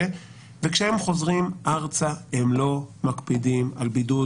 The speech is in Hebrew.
וכשהם חוזרים ארצה הם לא מקפידים על בידוד,